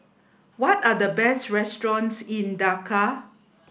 what are the best restaurants in Dakar